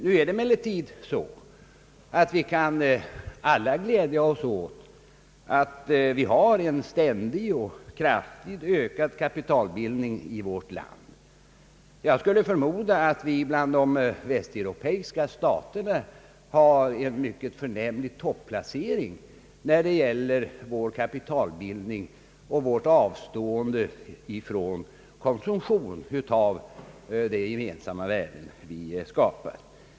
Vi kan emellertid glädja oss åt att vi har en ständigt och kraftigt ökande kapitalbildning i vårt land. Jag skulle förmoda att vi intar en mycket förnämlig topplacering bland de västeuropeiska staterna när det gäller kapitalbildning och avstående från konsum tion av de gemensamma värden vi skapar.